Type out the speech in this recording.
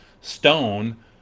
stone